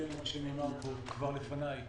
בהתאם למה שנאמר כאן כבר לפניי,